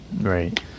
Right